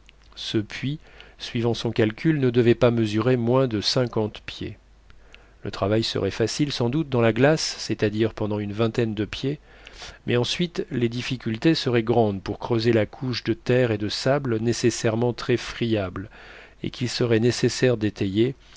ce puits suivant son calcul ne devait pas mesurer moins de cinquante pieds le travail serait facile sans doute dans la glace c'est-à-dire pendant une vingtaine de pieds mais ensuite les difficultés seraient grandes pour creuser la couche de terre et de sable nécessairement très friable et qu'il serait nécessaire d'étayer